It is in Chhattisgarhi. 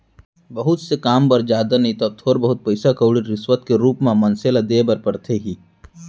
बहुत से काम बर जादा नइ तव थोर बहुत पइसा कउड़ी रिस्वत के रुप म मनसे ल देय बर परथे ही